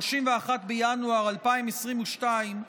31 בינואר 2022,